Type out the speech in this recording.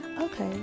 Okay